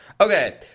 Okay